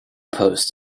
post